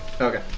Okay